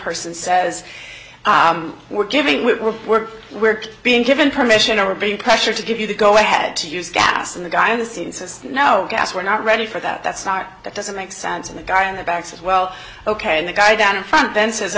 person says we're giving we're we're we're being given permission or we're being pressured to give you the go ahead to use gas and the guy on the scene says no gas we're not ready for that that's not that doesn't make sense and the guy in the back says well ok the guy down in front then says